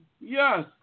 Yes